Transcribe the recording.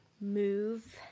move